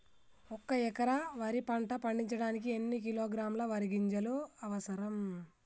ఒక్క ఎకరా వరి పంట పండించడానికి ఎన్ని కిలోగ్రాముల వరి గింజలు అవసరం?